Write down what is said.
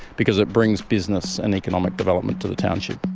because it brings business and economic development to the township.